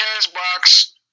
Cashbox